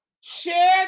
share